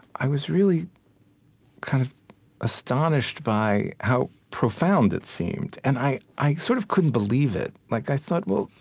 i was really kind of astonished by how profound it seemed. and i i sort of couldn't believe it. like, i thought, well,